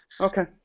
Okay